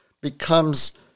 becomes